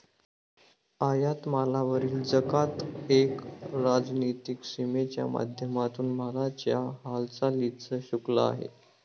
आयात मालावरील जकात एक राजनीतिक सीमेच्या माध्यमातून मालाच्या हालचालींच शुल्क आहे